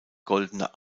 goldene